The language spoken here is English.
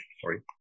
sorry